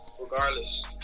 Regardless